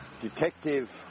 detective